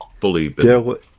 fully